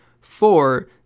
four